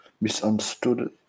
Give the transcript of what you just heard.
misunderstood